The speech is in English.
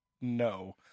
no